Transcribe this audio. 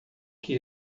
que